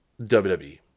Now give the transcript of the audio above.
WWE